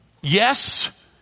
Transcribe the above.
yes